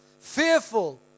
fearful